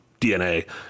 DNA